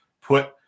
put